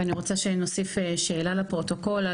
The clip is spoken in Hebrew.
אני רוצה שנוסיף שאלה לפרוטוקול.